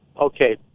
okay